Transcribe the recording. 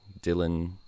Dylan